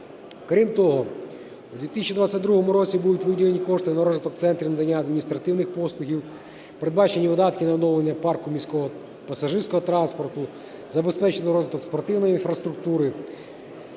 Крім того, у 2022 році будуть виділені кошти на розвиток центрів надання адміністративних послуг, передбачені видатки на оновлення парку міського пасажирського транспорту, забезпечено розвиток спортивної інфраструктури,